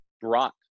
brought